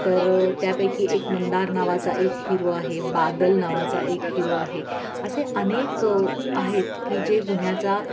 तर त्यापैकी एक मंदार नावाचा एक हिरो आहे बादल नावाचा एक हिरो आहे असे अनेक आहेत की जे गुन्ह्याचा